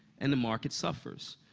and the market suffers,